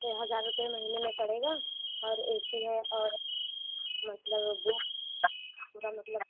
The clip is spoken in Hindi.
एक हजार रुपये महीने में पड़ेगा और ए सी है और वो पूरा मतलब